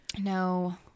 No